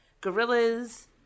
gorillas